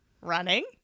running